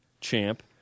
champ